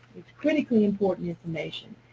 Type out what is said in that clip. it's critically important information,